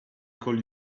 call